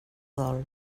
dol